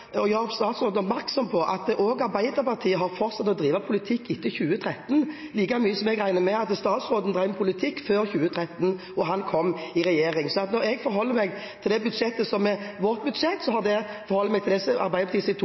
drive politikk etter 2013, like mye som jeg regner med at statsråden drev med politikk før 2013, da han kom i regjering. Så når jeg forholder meg til det budsjettet som er vårt budsjett, forholder jeg meg til Arbeiderpartiets 2015-budsjett. Der har Arbeiderpartiet